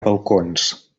balcons